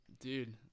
dude